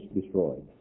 destroyed